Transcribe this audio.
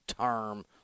term